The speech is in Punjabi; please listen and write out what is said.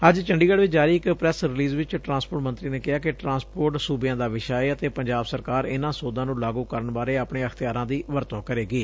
ਅੱਜ ਚੰਡੀਗੜ ਚ ਜਾਰੀ ਇਕ ਪ੍ਰੈਸ ਰਿਲੀਜ਼ ਵਿਚ ਟਰਾਂਸਪੋਰਟ ਮੰਤਰੀ ਨੇ ਕਿਹਾ ਕਿ ਟਰਾਂਸਪੋਰਟ ਸੁਬਿਆਂ ਦਾ ਵਿਸ਼ਾ ਏ ਅਤੇ ਪੰਜਾਬ ਸਰਕਾਰ ਇਨੂਾਂ ਸੋਧਾਂ ਨੂੰ ਲਾਗੁ ਕਰਨ ਬਾਰੇ ਆਪਣੇ ਅਖਤਿਆਰਾਂ ਦੀ ਵਰਤੋਂ ਕਰੇਗੀ